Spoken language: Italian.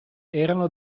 erano